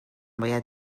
باید